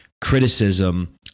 criticism